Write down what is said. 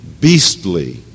beastly